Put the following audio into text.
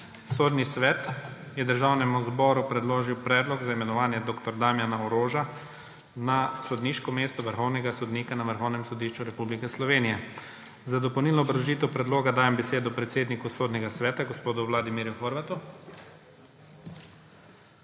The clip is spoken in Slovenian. Sodni svet je Državnemu zboru predložil predlog za imenovanje dr. Damjana Oroža na sodniško mesto vrhovnega sodnika na Vrhovnem sodišču Republike Slovenije. Za dopolnilno obrazložitev predloga dajem besedo predsedniku Sodnega sveta dr. Vladimirju Horvatu.